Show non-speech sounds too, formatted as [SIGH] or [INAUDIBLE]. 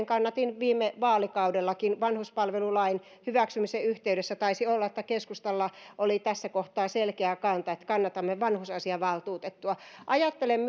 [UNINTELLIGIBLE] kannatin viime vaalikaudellakin vanhuspalvelulain hyväksymisen yhteydessä taisi olla että keskustalla oli tässä kohtaa selkeä kanta että kannatamme vanhusasiavaltuutettua ajattelen [UNINTELLIGIBLE]